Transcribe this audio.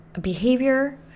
behavior